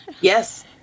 Yes